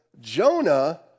Jonah